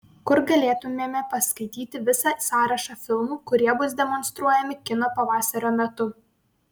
kur galėtumėme paskaityti visą sąrašą filmų kurie bus demonstruojami kino pavasario metu